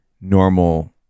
normal